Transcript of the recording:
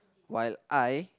while I